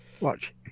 Watch